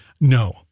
no